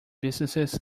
businesses